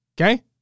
Okay